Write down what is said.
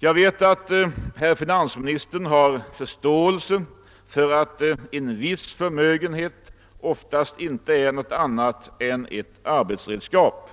Jag vet att herr finansministern har förståelse för att en viss förmögenhet ofta inte är något annat än ett arbetsredskap,